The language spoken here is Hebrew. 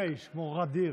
זה רי"ש, כמו ר'דיר.